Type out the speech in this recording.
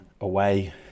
away